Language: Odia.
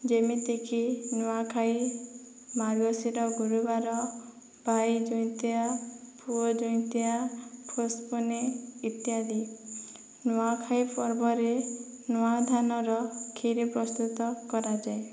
ଯେମିତି କି ନୂଆଖାଇ ମାର୍ଗଶୀର ଗୁରୁବାର ଭାଇ ଜୁଇଁତିଆ ପୁଅ ଜୁଇଁତିଆ ପୁଷ ପୁନେଇଁ ଇତ୍ୟାଦି ନୂଆଖାଇ ପର୍ବରେ ନୂଆଧାନର କ୍ଷୀରି ପ୍ରସ୍ତୁତ କରାଯାଏ